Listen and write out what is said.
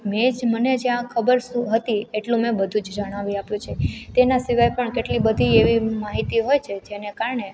મેં જ મને જ્યાં ખબર શું હતી એટલું મેં બધું જ જણાવી આપ્યું છે તેના સિવાય પણ કેટલી બધી એવી માહિતી હોય છે જેને કારણે